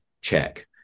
check